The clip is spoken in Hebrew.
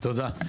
תודה.